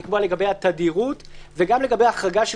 לקבוע לגבי התדירות וגם לגבי החרגה של